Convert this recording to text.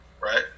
right